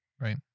right